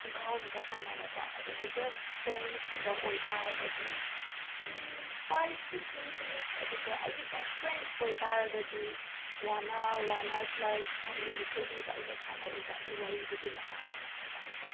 ꯄꯨꯡꯈꯥꯏꯃꯨꯛꯀ ꯁꯥꯟꯅꯒꯗ꯭ꯔ ꯑꯗꯨ ꯖꯁ ꯐꯔꯦꯟꯁꯀꯨꯝꯕ ꯑꯣꯏ ꯇꯥꯔꯒꯗꯤ ꯐꯥꯏꯞ ꯇꯨ ꯇꯦꯟ ꯃꯤꯅꯠꯁ ꯑꯗꯨꯒ ꯑꯩꯒꯤ ꯕꯦꯁ ꯐ꯭ꯔꯦꯟ ꯑꯣꯏ ꯇꯥꯔꯒꯗꯤ one hour one or plus ꯑꯟꯂꯤꯃꯤꯇꯦꯗꯅꯦꯕ ꯑꯩꯅ ꯁꯥꯅꯔꯤꯁꯦ ꯍꯥꯏꯗꯤ ꯋꯥꯔꯤꯗꯨꯒꯤ ꯃꯇꯥꯡ ꯑꯣꯏꯅ ꯍꯥꯏ ꯇꯥꯔꯦꯀꯣ